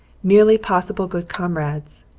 merely possible good comrades.